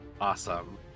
Awesome